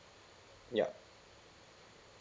ya